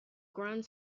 grant